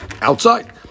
outside